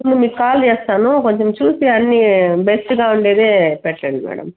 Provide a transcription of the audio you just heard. మీకు కాల్ చేస్తాను కొంచెం చూసి అన్నీ బెస్ట్గా ఉండేదే పెట్టండి మేడం